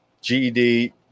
GED